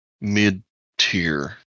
mid-tier